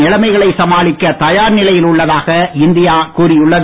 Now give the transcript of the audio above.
நிலைமைகளை சமாளிக்க தயார் நிலையில் உள்ளதாக இந்தியா கூறி உள்ளது